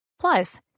Plus